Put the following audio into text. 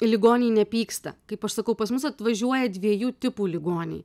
ligoniai nepyksta kaip aš sakau pas mus atvažiuoja dviejų tipų ligoniai